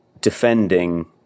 defending